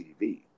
TV